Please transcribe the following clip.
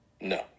No